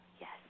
yes